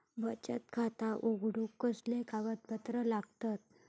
बचत खाता उघडूक कसले कागदपत्र लागतत?